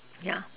yeah